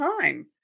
time